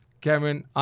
Cameron